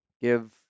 give